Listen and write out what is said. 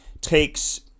takes